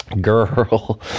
Girl